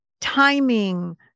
timing